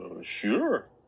Sure